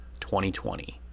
2020